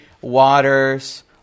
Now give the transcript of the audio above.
waters